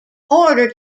order